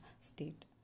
state